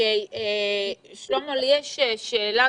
יש לי שאלה.